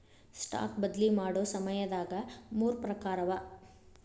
stock ಬದ್ಲಿ ಮಾಡೊ ಸಮಯದಾಗ ಮೂರ್ ಪ್ರಕಾರವ